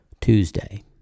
Tuesday